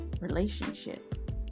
Relationship